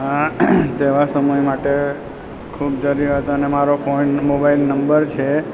તેવા સમય માટે ખૂબ જરૂરી હતો અને મારો ફોન મોબાઈલ નંબર છે